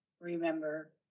remember